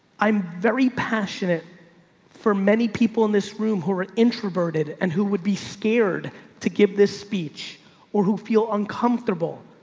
i'm very passionate for many people in this room who are introverted and who would be scared to give this speech or who feel uncomfortable